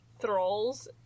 thralls